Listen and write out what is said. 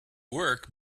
work